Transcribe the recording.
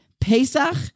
Pesach